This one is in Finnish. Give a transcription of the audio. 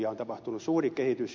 on tapahtunut suuri kehitys